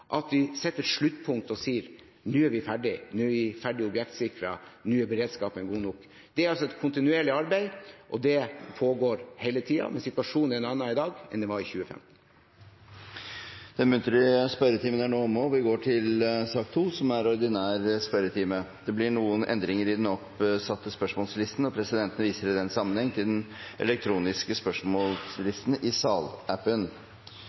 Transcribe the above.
at vi setter sluttpunkt og sier: Nå er vi ferdig objektsikret, nå er beredskapen god nok. Det er et kontinuerlig arbeid. Det pågår hele tiden, men situasjonen er en annen i dag enn den var i 2015. Dermed er den muntlige spørretimen omme, og vi går videre til den ordinære spørretimen. Det blir noen endringer i den oppsatte spørsmålslisten, og presidenten viser i den sammenheng til den elektroniske